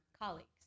colleagues